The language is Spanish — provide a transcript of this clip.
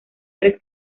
tres